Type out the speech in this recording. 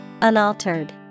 Unaltered